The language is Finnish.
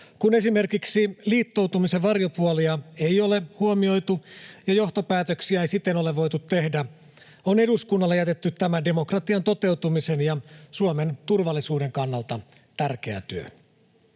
Kun esimerkiksi liittoutumisen varjopuolia ei ole huomioitu ja johtopäätöksiä ei siten ole voitu tehdä, on eduskunnalle jätetty tämä demokratian toteutumisen ja Suomen turvallisuuden kannalta tärkeä työ.